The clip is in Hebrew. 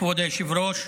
כבוד היושב-ראש,